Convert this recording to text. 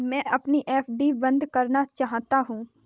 मैं अपनी एफ.डी बंद करना चाहता हूँ